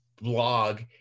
blog